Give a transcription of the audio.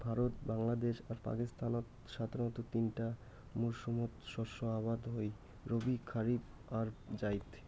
ভারত, বাংলাদ্যাশ আর পাকিস্তানত সাধারণতঃ তিনটা মরসুমত শস্য আবাদ হই রবি, খারিফ আর জাইদ